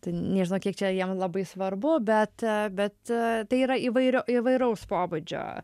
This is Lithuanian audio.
tai nežinau kiek čia jam labai svarbu bet bet tai yra įvairio įvairaus pobūdžio